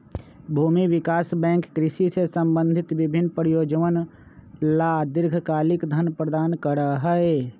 भूमि विकास बैंक कृषि से संबंधित विभिन्न परियोजनअवन ला दीर्घकालिक धन प्रदान करा हई